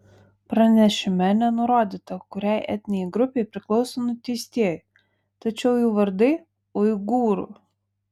pranešime nenurodyta kuriai etninei grupei priklauso nuteistieji tačiau jų vardai uigūrų